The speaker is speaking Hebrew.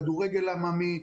כדורגל עממי,